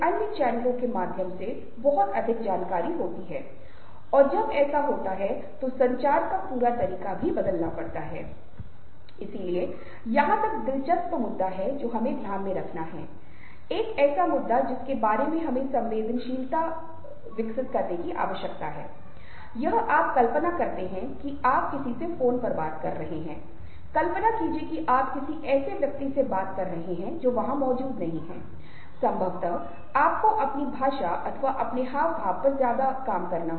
अब यह आपको थोड़ा अजीब लग सकता है लेकिन अगर हम यह मान लें कि 6 या 7 मूल चेहरे की भावनाएं हैं जो हमारे साथ व्यवहार करेंगी और यदि हम उन्हें तीव्रता के विभिन्न डिग्री आवंटित करते हैं अगर हम तीव्रता का अंतर बताएं यह 5 डिग्री हो सकता है इससे आप 35 अलग भावनाओं को बना सकते है